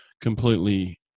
completely